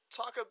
talk